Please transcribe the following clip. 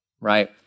right